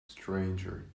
stranger